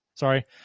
Sorry